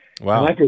Wow